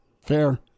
Fair